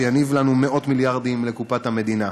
שיניב לנו מאות מיליארדים לקופת המדינה.